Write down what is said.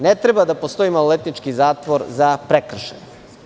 Ne treba da postoji maloletnički zatvor za prekršaje.